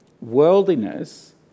Worldliness